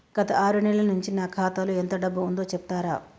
గత ఆరు నెలల నుంచి నా ఖాతా లో ఎంత డబ్బు ఉందో చెప్తరా?